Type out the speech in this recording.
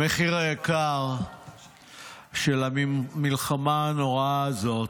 המחיר היקר של המלחמה הנוראה הזאת